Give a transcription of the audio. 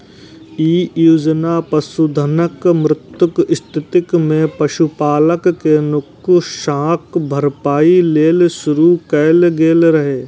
ई योजना पशुधनक मृत्युक स्थिति मे पशुपालक कें नुकसानक भरपाइ लेल शुरू कैल गेल रहै